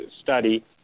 study